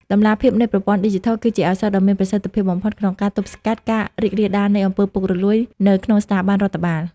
តម្លាភាពនៃប្រព័ន្ធឌីជីថល គឺជាឱសថដ៏មានប្រសិទ្ធភាពបំផុតក្នុងការទប់ស្កាត់ការរីករាលដាលនៃ អំពើពុករលួយ នៅក្នុងស្ថាប័នរដ្ឋបាល។